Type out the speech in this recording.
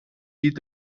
die